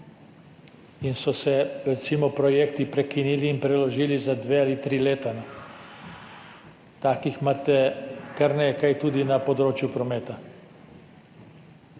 in so se recimo projekti prekinili in preložili za dve ali tri leta. Takih imate kar nekaj tudi na področju prometa.